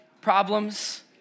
problems